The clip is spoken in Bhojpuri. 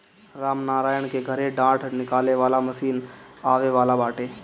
रामनारायण के घरे डाँठ निकाले वाला मशीन आवे वाला बाटे